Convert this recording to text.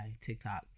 TikTok